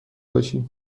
باشی